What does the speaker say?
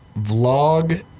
Vlog